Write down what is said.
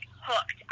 hooked